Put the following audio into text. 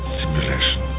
simulation